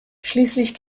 schließlich